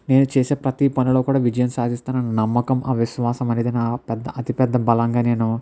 నేను చేసే ప్రతీ పనిలో కూడా విజయం సాధిస్తాను అనే నమ్మకం అవిశ్వాసం అనేది నా పెద్ద అతి పెద్ద బలంగా నేను